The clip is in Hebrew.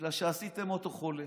בגלל שעשיתם אותו חולה,